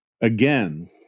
again